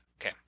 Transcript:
Okay